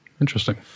Interesting